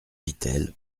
vitel